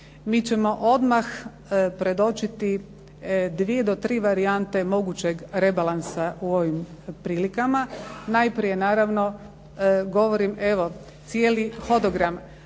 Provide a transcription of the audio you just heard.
mi ćemo odmah predočiti dvije do tri varijante mogućeg rebalansa u ovim prilikama. Najprije naravno govorim, evo cijeli hodogram.